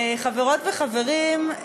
חברות וחברים,